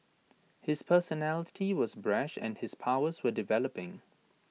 his personality was brash and his powers were developing